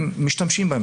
הם משתמשים בהם,